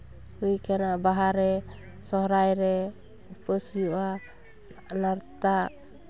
ᱦᱩᱭ ᱠᱟᱱᱟ ᱵᱟᱦᱟᱨᱮ ᱥᱚᱦᱚᱨᱟᱭ ᱨᱮ ᱩᱯᱟᱹᱥ ᱦᱩᱭᱩᱜᱼᱟ ᱱᱟᱨᱛᱟ